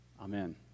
Amen